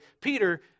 Peter